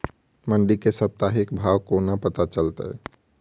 मंडी केँ साप्ताहिक भाव कोना पत्ता चलतै?